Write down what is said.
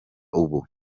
ubu